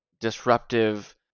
disruptive